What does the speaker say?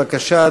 בבקשה,